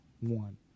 one